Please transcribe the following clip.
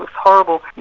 and horrible,